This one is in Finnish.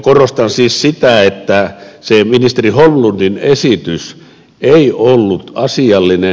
korostan siis sitä että se ministeri holmlundin esitys ei ollut asiallinen